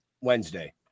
Wednesday